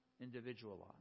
individualized